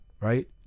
right